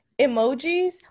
Emojis